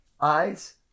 Eyes